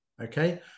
Okay